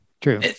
true